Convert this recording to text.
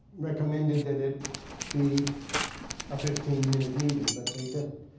recommended that it be a fifteen minute meeting, but they didn't.